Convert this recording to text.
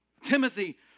Timothy